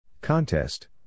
Contest